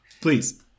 Please